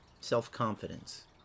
Self-confidence